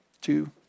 two